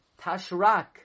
tashrak